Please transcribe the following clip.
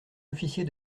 officier